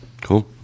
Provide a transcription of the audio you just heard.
Cool